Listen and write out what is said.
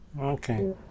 Okay